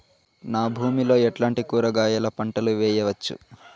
నా భూమి లో ఎట్లాంటి కూరగాయల పంటలు వేయవచ్చు?